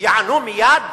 ייענו מייד